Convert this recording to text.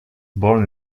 born